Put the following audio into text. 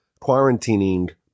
quarantining